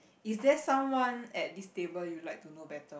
is there someone at this table you'll like to know better